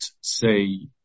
say